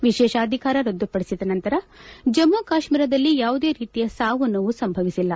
ವಿಶೇಷಾಧಿಕಾರ ರದ್ದುಪಡಿಸಿದ ನಂತರ ಜಮ್ಮ ಕಾಶ್ಮೀರದಲ್ಲಿ ಯಾವುದೇ ರೀತಿಯ ಸಾವು ನೋವು ಸಂಭವಿಸಿಲ್ಲ